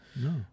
No